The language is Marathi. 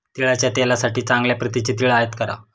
तिळाच्या तेलासाठी चांगल्या प्रतीचे तीळ आयात करा